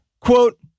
quote